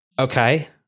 Okay